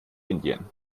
indien